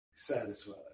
satisfied